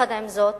עם זאת,